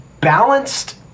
balanced